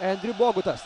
endriu bogutas